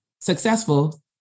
successful